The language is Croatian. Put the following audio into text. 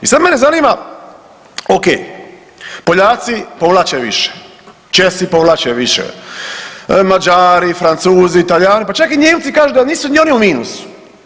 I sada mene zanima, ok, Poljaci povlače više, Česi povlače više, Mađari, Francuzi, Talijani, pa čak i Nijemci kažu da nisu ni oni u minusu.